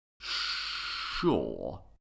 Sure